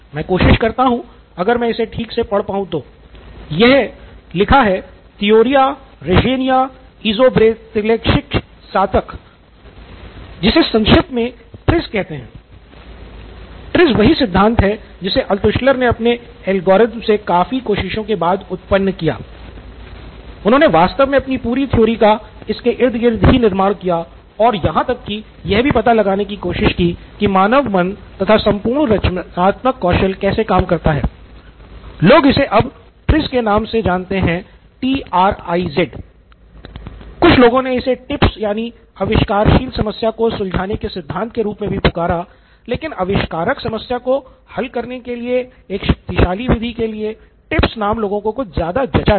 मैं कोशिश करता हूँ अगर मैं इसे ठीक से पढ़ पाऊँ तो यह यानि आविष्कारशील समस्या को सुलझाने के सिद्धांत के रूप में भी पुकारा लेकिन आविष्कारक समस्या को हल करने के लिए एक शक्तिशाली विधि के लिए TIPS नाम लोगों को कुछ ज्यादा जँचा नहीं